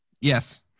Yes